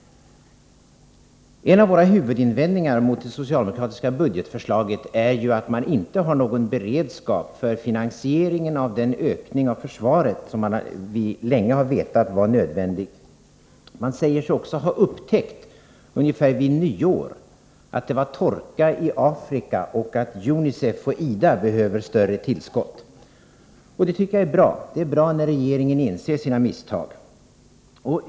En av våra huvudinvändningar mot det socialdemokratiska budgetförslaget är ju att man inte har någon beredskap för finansieringen av den förstärkning av försvaret som vi sedan länge vetat är nödvändig. Man säger sig också ha upptäckt ungefär vid nyåret att det är torka i Afrika och att UNICEF och IDA behöver större tillskott. Jag tycker att det är bra när regeringen inser sina misstag.